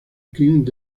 kings